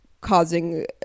causing